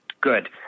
Good